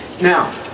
Now